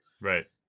Right